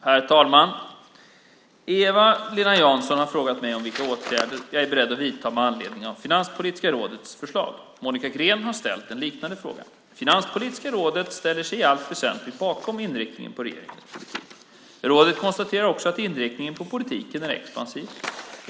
Herr talman! Eva-Lena Jansson har frågat mig vilka åtgärder jag är beredd att vidta med anledning av Finanspolitiska rådets förslag. Monica Green har ställt en liknande fråga. Finanspolitiska rådet ställer sig i allt väsentligt bakom inriktningen på regeringens politik. Rådet konstaterar också att inriktningen på politiken är expansiv.